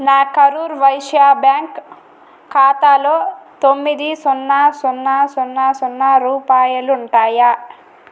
నా కరూర్ వైశ్యా బ్యాంక్ ఖాతాలో తొమ్మిది సున్నా సున్నా సున్నా సున్నా రూపాయాలు ఉంటాయా